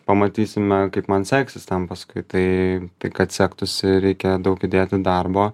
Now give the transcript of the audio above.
pamatysime kaip man seksis ten paskui tai tai kad sektųsi reikia daug įdėti darbo